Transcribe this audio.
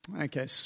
Okay